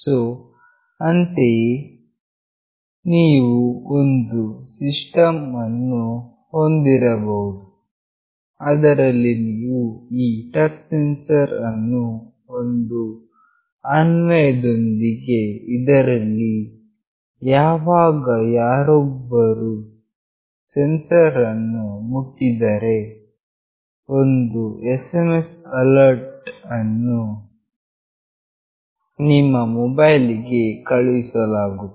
so ಅಂತೆಯೇ ನೀವು ಒಂದು ಸಿಸ್ಟಮ್ ಅನ್ನು ಹೊಂದಿರಬಹುದು ಅದರಲ್ಲಿ ನೀವು ಈ ಟಚ್ ಸೆನ್ಸರ್ ಅನ್ನು ಒಂದು ಅನ್ವಯದೊಂದಿಗೆ ಇದರಲ್ಲಿ ಯಾವಾಗ ಯಾರೊಬ್ಬರು ಸೆನ್ಸರ್ ಅನ್ನು ಮುಟ್ಟಿದರೆ ಒಂದು SMS ಅಲರ್ಟ್ ಅನ್ನು ನಿಮ್ಮ ಮೊಬೈಲ್ ಗೆ ಕಳುಹಿಸಲಾಗುತ್ತದೆ